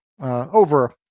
over